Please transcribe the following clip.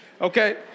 okay